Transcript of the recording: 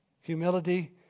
humility